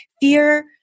Fear